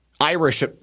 Irish